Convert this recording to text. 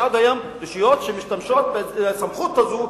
יש עוד היום רשויות שמשתמשות בסמכות הזאת